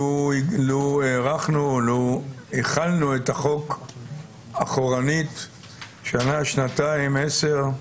לו החלנו את החוק אחורנית שנה, שנתיים, 10?